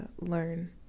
learn